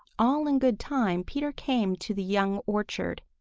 all in good time peter came to the young orchard.